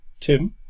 tim